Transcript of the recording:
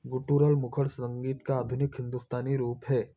guttural मुखर संगीत का आधुनिक हिंदुस्तानी रूप है